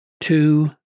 two